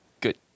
good